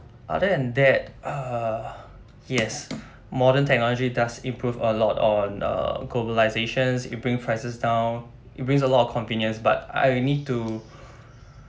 other than that uh yes modern technology does improve a lot on err globalisation you bring prices down it brings a lot of convenience but I will need to